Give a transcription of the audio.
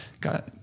got